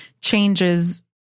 changes